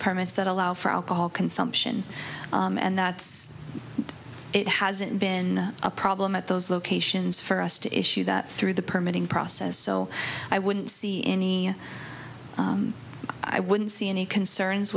permits that allow for alcohol consumption and that's it hasn't been a problem at those locations for us to issue that through the permitting process so i wouldn't see any i wouldn't see any concerns